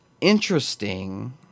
Interesting